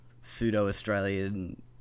pseudo-Australian